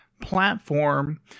platform